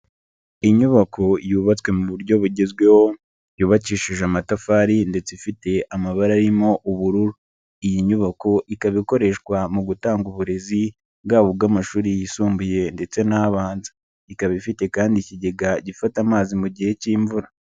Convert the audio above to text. Inyubako yubatswe mu buryo bugezweho, yubakishije amatafari ndetse ifite amabara arimo ubururu, iyi nyubako ikaba ikoreshwa mu gutanga uburezi, bwaba ubw'amashuri yisumbuye ndetse n'abanza, ikaba ifite kandi ikigega gifata amazi mu gihe cy'imvura.